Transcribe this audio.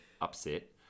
upset